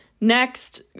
Next